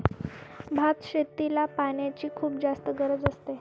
भात शेतीला पाण्याची खुप जास्त गरज असते